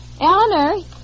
Eleanor